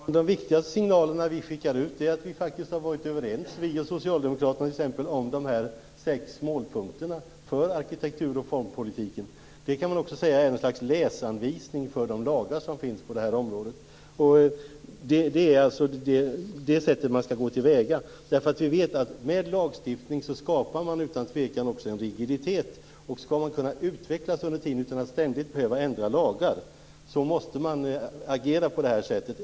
Fru talman! De viktigaste signalerna som vi sänder ut är att vi och socialdemokraterna faktiskt varit överens om t.ex. de sex målpunkterna för arkitektur och formpolitiken. Det kan också sägas vara ett slags läsanvisning för de lagar som finns på det här området. Det är så man skall gå till väga. Vi vet att man med lagstiftning utan tvekan också skapar en rigiditet. Skall man kunna utvecklas under tiden utan att ständigt behöva ändra lagar, måste man agera på det här sättet.